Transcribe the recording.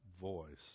voice